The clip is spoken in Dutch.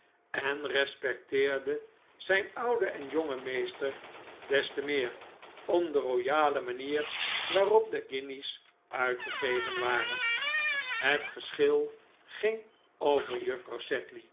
en respecteerde zijn ouden en jongen meester des tcmeer om de royale manier waarop de guinjes uitgegeven waren het geschil ging over juffrouw